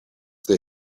they